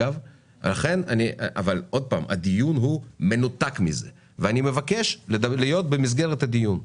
אבל הדיון הוא מנותק מזה ואני מבקשת לשמור על המסגרת האמורה.